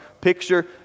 Picture